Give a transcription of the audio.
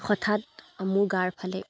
হঠাৎ মোৰ গাৰফালে